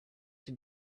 have